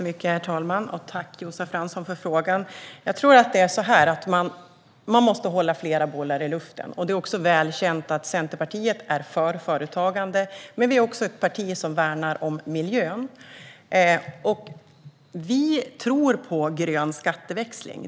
Herr talman! Tack, Josef Fransson, för frågan! Jag tror att man måste hålla flera bollar i luften. Det är väl känt att Centerpartiet är för företagande, men vi är också ett parti som värnar miljön. Vi tror på grön skatteväxling.